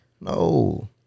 no